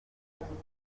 inkingo